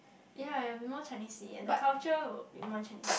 ye and it will be more Chinese-y and the culture will be more Chinese